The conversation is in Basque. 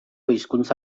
hizkuntza